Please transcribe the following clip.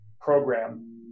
program